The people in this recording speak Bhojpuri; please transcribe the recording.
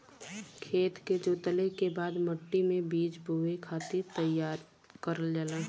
खेत के जोतले के बाद मट्टी मे बीज बोए खातिर तईयार करल जाला